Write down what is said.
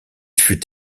fut